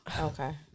Okay